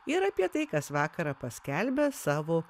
ir apie tai kas vakarą paskelbia savo